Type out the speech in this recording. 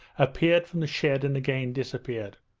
appeared from the shed and again disappeared.